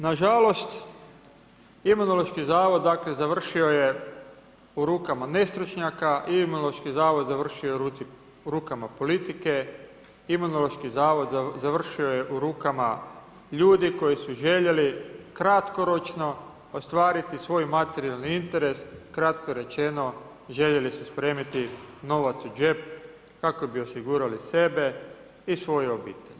Nažalost, Imunološki zavod dakle, završio je u rukama nestručnjaka, Imunološki zavod završio je u rukama politike, Imunološki zavod završio je u rukama ljudi koji su željeli, kratkoročno ostvariti svoj materijalni interes, kratko rečeno, željeli su spremiti novac u džep kako bi osigurali sebe i svoju obitelj.